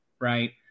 right